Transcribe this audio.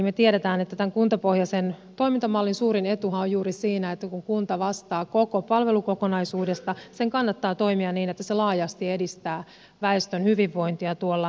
me tiedämme että tämän kuntapohjaisen toimintamallin suurin etuhan on juuri siinä että kun kunta vastaa koko palvelukokonaisuudesta sen kannattaa toimia niin että se laajasti edistää väestön hyvinvointia tuolla alueella